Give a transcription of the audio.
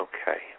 Okay